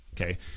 okay